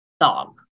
dog